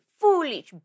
Foolish